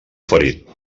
ferit